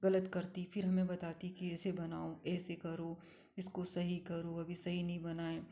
गलत करती फिर हमें बताती की ऐसे बनाओ ऐसे करो इसको सही करो अभी सही नहीं बना है